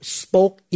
spoke